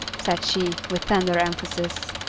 said she, with tender emphasis.